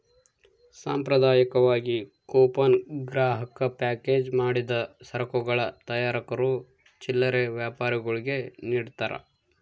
ಸಾಂಪ್ರದಾಯಿಕವಾಗಿ ಕೂಪನ್ ಗ್ರಾಹಕ ಪ್ಯಾಕೇಜ್ ಮಾಡಿದ ಸರಕುಗಳ ತಯಾರಕರು ಚಿಲ್ಲರೆ ವ್ಯಾಪಾರಿಗುಳ್ಗೆ ನಿಡ್ತಾರ